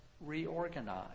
reorganize